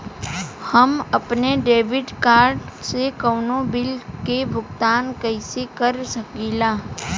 हम अपने debit card से कउनो बिल के भुगतान कइसे कर सकीला?